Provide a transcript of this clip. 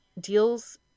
deals